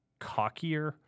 cockier